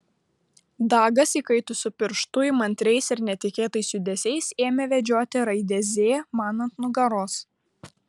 dagas įkaitusiu pirštu įmantriais ir netikėtais judesiais ėmė vedžioti raidę z man ant nugaros